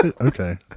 Okay